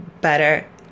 better